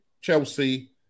Chelsea